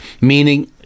meaning